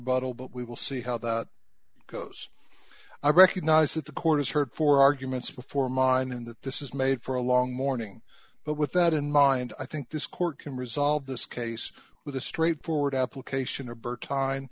rebuttal but we will see how that goes i recognize that the court has heard for arguments before mine and that this is made for a long morning but with that in mind i think this court can resolve this case with a straightforward application of birth time